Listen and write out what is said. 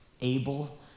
able